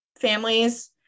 families